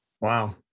Wow